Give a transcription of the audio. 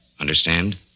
Understand